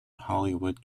hollywood